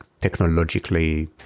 technologically